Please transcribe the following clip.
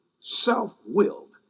self-willed